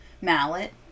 mallet